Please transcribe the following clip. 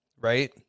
right